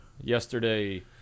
Yesterday